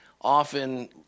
often